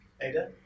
Ada